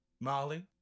Molly